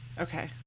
Okay